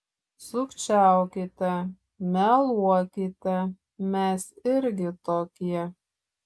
sukčiaukite meluokite mes irgi tokie